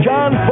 John